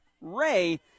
Ray